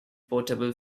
portable